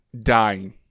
dying